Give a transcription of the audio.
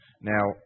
Now